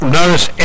notice